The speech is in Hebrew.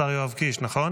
השר יואב קיש, נכון?